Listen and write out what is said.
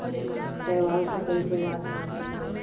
शैवाल के कई प्रजाति होला